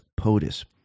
POTUS